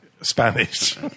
Spanish